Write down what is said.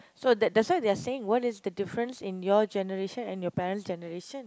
so that that's why they are saying what is the difference in your generation and your parent's generation